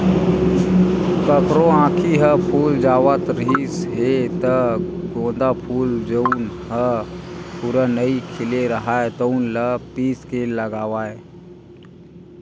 कखरो आँखी ह फूल जावत रिहिस हे त गोंदा फूल जउन ह पूरा नइ खिले राहय तउन ल पीस के लगावय